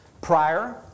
prior